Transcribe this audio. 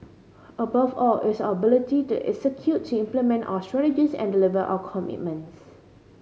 above all it is our ability to executing implement our strategies and deliver our commitments